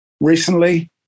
recently